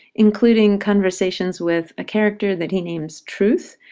including conversations with a character that he names truth,